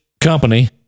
company